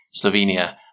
Slovenia